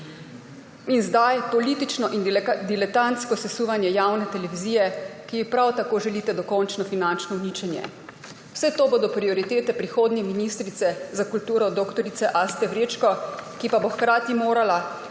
In zdaj politično in diletantsko sesuvanje javne televizije, ki ji prav tako želite dokončno finančno uničenje. Vse to bodo prioritete prihodnje ministrice za kulturo dr. Aste Vrečko, ki pa bo hkrati morala